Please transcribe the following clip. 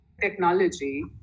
technology